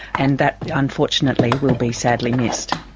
and that unfortunately will be sadly missed.